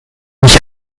mich